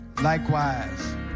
likewise